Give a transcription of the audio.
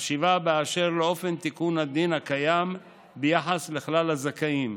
וחשיבה באשר לאופן תיקון הדין הקיים ביחס לכלל הזכאים.